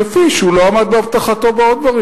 כפי שהוא לא עמד בהבטחתו בעוד דברים.